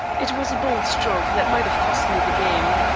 it was a bold stroke that might have cost me the game.